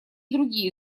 другие